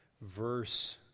verse